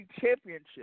championship